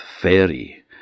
fairy